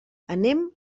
anem